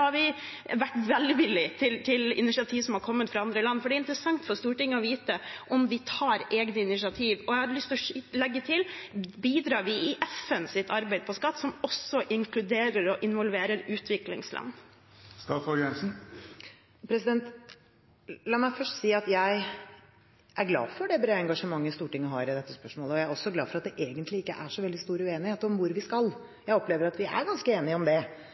vi vært velvillige til initiativ som har kommet fra andre land? Det er interessant for Stortinget å få vite om vi tar egne initiativ. Jeg har lyst å legge til: Bidrar vi til FNs arbeid med skatt, som også inkluderer og involverer utviklingsland? La meg først si at jeg er glad for det brede engasjementet Stortinget har i dette spørsmålet. Jeg er også glad for at det egentlig ikke er så veldig stor uenighet om hvor vi skal. Jeg opplever at vi er ganske enige om det.